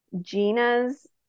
Gina's